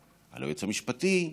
על היועץ המשפטי,